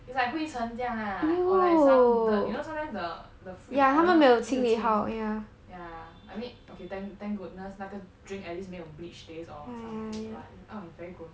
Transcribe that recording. it's like 灰尘这样 lah or like some dirt you know sometimes the the fridge I don't know 没有清理好 yeah I mean okay thank thank goodness 那个 drink at least 没有 bleach stains or something but um very gross